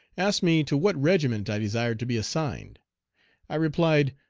asked me to what regiment i desired to be assigned i replied,